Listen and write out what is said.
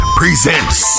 presents